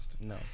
No